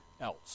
else